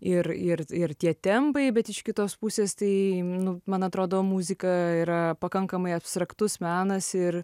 ir ir ir tie tempai bet iš kitos pusės tai nu man atrodo muzika yra pakankamai abstraktus menas ir